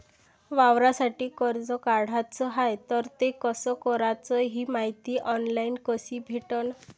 वावरासाठी कर्ज काढाचं हाय तर ते कस कराच ही मायती ऑनलाईन कसी भेटन?